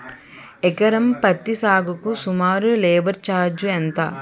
ఎకరం పత్తి సాగుకు సుమారు లేబర్ ఛార్జ్ ఎంత?